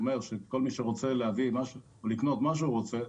זה אומר שכל מי שרוצה לקנות מה שהוא רוצה,